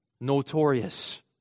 Notorious